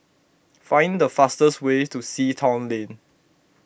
find the fastest way to Sea Town Lane